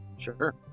sure